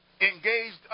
engaged